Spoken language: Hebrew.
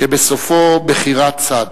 שבסופו בחירת צד.